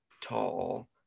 tall